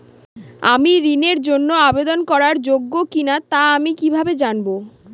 আমি ঋণের জন্য আবেদন করার যোগ্য কিনা তা আমি কীভাবে জানব?